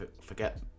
forget